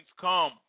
come